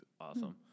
awesome